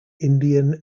indian